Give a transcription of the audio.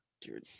Dude